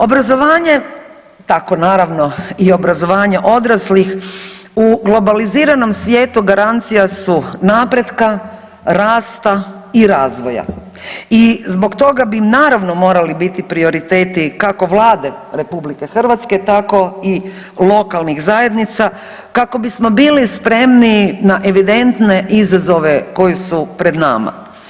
Obrazovanje, tako naravno i obrazovanje odraslih u globaliziranom svijetu garancija su napretka, rasta i razvoja i zbog toga bi naravno morali biti prioriteti kako Vlade RH, tako i lokalnih zajednica kako bismo bili spremniji na evidentne izazove koji su pred nama.